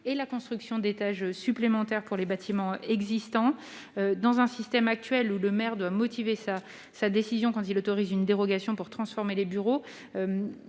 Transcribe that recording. et la construction d'étages supplémentaires pour les bâtiments existants. Dans le système actuel, le maire doit motiver sa décision lorsqu'il accorde une dérogation pour transformer des bureaux.